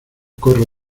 corro